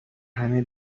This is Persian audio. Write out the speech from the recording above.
همه